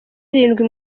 arindwi